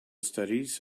studies